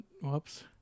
whoops